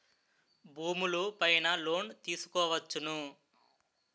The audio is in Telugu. భూములు పైన లోన్ తీసుకోవచ్చును